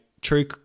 true